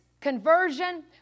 conversion